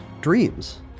dreams